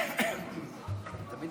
כבוד